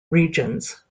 regions